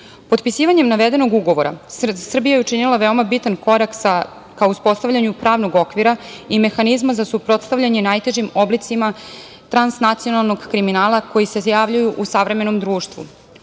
porodici. Potpisivanje navedenog ugovora Srbija je učinila veoma bitan korak ka uspostavljanju pravnog okvira i mehanizma za suprotstavljanje najtežim oblicima transnacionalnog kriminala koji se javljaju u savremenom društvu.